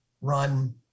run